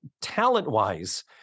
talent-wise